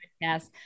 Yes